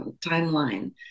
timeline